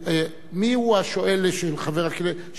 מיהו השואל של השר?